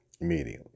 Immediately